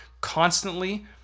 constantly